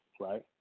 right